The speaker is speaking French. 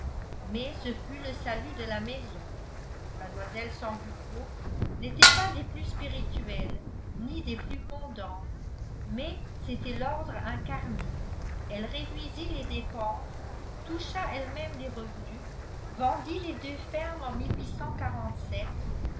mais ce fut le salut de la maison mlle sambucco n'était pas des plus spirituelles ni des plus fondantes mais c'était l'ordre incarné elle réduisit les dépenses toucha elle-même les revenus vendit les deux fermes en